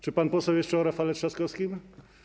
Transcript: Czy pan poseł jeszcze o Rafale Trzaskowskim?